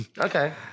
Okay